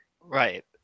Right